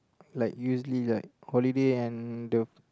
like usually like holiday and the